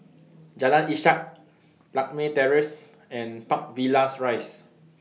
Jalan Ishak Lakme Terrace and Park Villas Rise